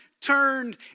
turned